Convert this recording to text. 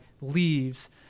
leaves